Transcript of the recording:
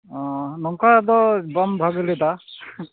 ᱚᱸᱻ ᱱᱚᱝᱠᱟ ᱫᱚ ᱵᱟᱢ ᱵᱷᱟᱜᱮ ᱞᱮᱫᱟ